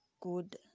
good